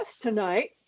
tonight